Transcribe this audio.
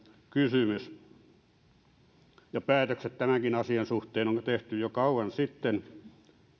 kysymys päätökset tämänkin asian suhteen on tehty jo kauan sitten